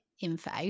info